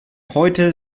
heute